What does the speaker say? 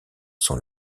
sont